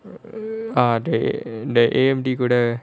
ah they they A_M_D கூட:kooda